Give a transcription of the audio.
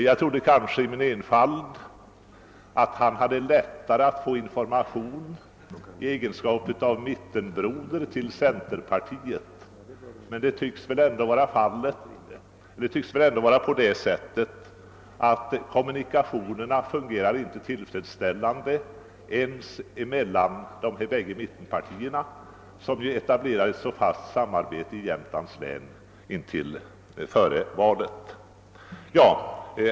Jag trodde i min enfald att herr Jönsson i sin egenskap av mittenbroder till centerpartiet skulle ha lättare att få sådan information, men kommunikationerna tycks inte fungera tillfredsställande ens mellan de båda mittenpartierna, fastän de etablerade ett så fast samarbete i Jämtlands län före valet.